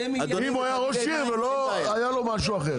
אם הוא היה ראש עיר והיה לו משהו אחר.